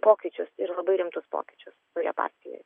pokyčius ir labai rimtus pokyčius partijoje